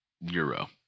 Euro